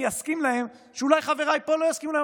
אסכים להם שאולי חבריי פה לא יסכימו להם,